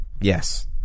Yes